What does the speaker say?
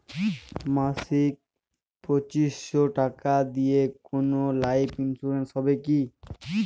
মাসিক পাঁচশো টাকা দিয়ে কোনো লাইফ ইন্সুরেন্স হবে কি?